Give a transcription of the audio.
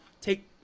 take